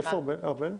איפה ארבל?